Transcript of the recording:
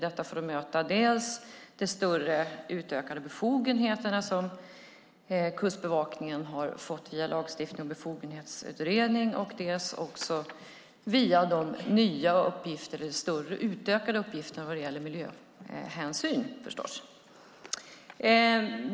Detta har gjorts för att möta dels de utökade befogenheter som Kustbevakningen har fått via lagstiftning och befogenhetsutredning, dels de nya utökade uppgifterna vad gäller miljöhänsyn förstås.